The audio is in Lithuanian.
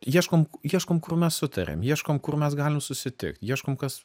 ieškom ieškom kur mes sutariam ieškom kur mes galim susitikt ieškom kas